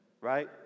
right